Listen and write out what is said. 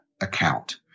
account